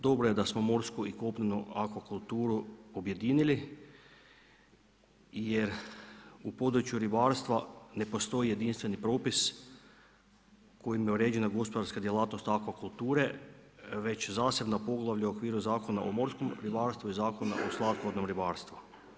Dobro je da smo morsku i kopnenu akvakulturu objedinili jer u području ribarstva ne postoji jedinstveni propis kojim je uređena gospodarska djelatnost akvakulture već zasebna poglavlja u okviru Zakona o morskom ribarstvu i Zakona o slatkovodnom ribarstvu.